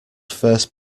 first